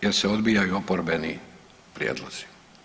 Jer se odbijaju oporbeni prijedlozi.